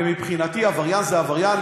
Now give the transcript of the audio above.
ומבחינתי זה עבריין,